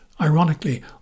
ironically